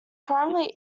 primarily